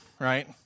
right